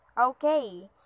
okay